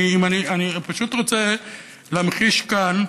אני פשוט רוצה להמחיש כאן,